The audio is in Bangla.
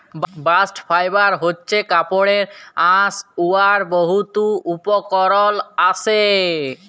বাস্ট ফাইবার হছে কাপড়ের আঁশ উয়ার বহুত উপকরল আসে